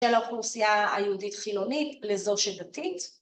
של האוכלוסייה היהודית חילונית לזו שדתית